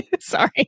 Sorry